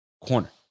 corner